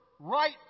Right